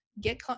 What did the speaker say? get